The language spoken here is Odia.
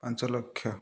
ପାଞ୍ଚଲକ୍ଷ